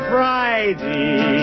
Friday